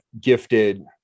gifted